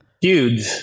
Huge